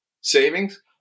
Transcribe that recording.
savings